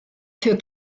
für